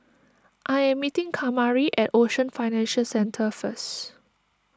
I am meeting Kamari at Ocean Financial Centre first